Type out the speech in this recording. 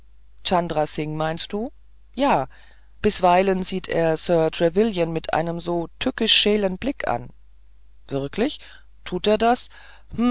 singh meinst du ja bisweilen sieht er sir trevelyan mit einem so tückisch scheelen blick an wirklich das tut er hm